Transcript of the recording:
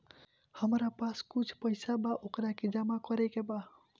हमरा पास कुछ पईसा बा वोकरा के जमा करे के बा?